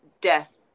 death